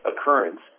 occurrence